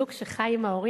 מה קורה לזוג שחי עם ההורים?